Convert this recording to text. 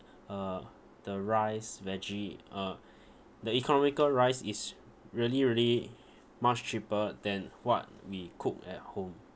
uh the rice veggie uh the economical rice is really really much cheaper than what we cook at home